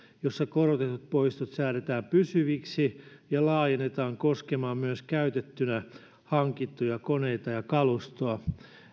jossa korotetut poistot säädetään pysyviksi ja laajennetaan koskemaan myös käytettynä hankittuja koneita ja kalustoa